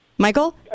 Michael